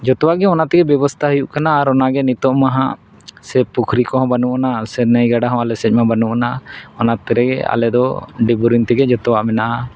ᱡᱚᱛᱚᱣᱟᱜ ᱜᱮ ᱚᱱᱟ ᱛᱮᱜᱮ ᱵᱮᱵᱚᱥᱛᱷᱟ ᱦᱩᱭᱩᱜ ᱠᱟᱱᱟ ᱟᱨ ᱚᱱᱟᱜᱮ ᱱᱤᱛᱚᱝ ᱢᱟ ᱦᱟᱸᱜ ᱥᱮ ᱯᱩᱠᱷᱨᱤ ᱠᱚᱦᱚᱸ ᱵᱟᱹᱱᱩᱜ ᱟᱱᱟ ᱥᱮ ᱱᱟᱹᱭ ᱜᱟᱰᱟ ᱦᱚᱸ ᱟᱞᱮ ᱥᱮᱫ ᱵᱟᱹᱱᱩᱜ ᱟᱱᱟ ᱚᱱᱟᱛᱮ ᱟᱞᱮ ᱫᱚ ᱰᱤᱯ ᱵᱳᱨᱤᱝ ᱛᱮᱜᱮ ᱡᱚᱛᱚᱣᱟᱜ ᱢᱮᱱᱟᱜᱼᱟ